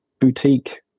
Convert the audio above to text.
boutique